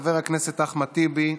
חבר הכנסת אחמד טיבי,